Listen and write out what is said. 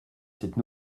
cette